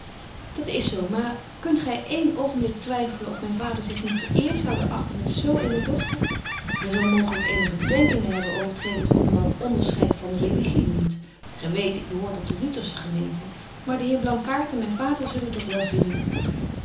dat is zo maar kunt gy een oogenblik twyffelen of myn vader zich niet vereert zoude achten met zo eene dochter hy zal mooglyk eenige bedenkingen hebben over het geen de goede man onderscheid van religie noemt gy weet ik behoor tot de lutersche gemeente maar de heer blankaart en myn vader zullen dat wel vinden